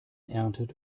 erntet